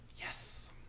Yes